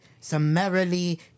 summarily